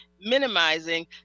minimizing